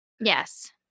yes